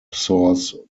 source